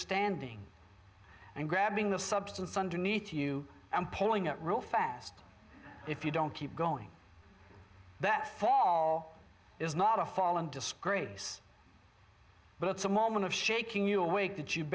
standing and grabbing the substance underneath you and pulling it real fast if you don't keep going that fall is not a fall and disgrace but it's a moment of shaking you awake that you